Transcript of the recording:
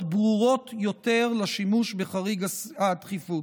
ברורות יותר לשימוש בחריג הדחיפות.